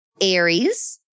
Aries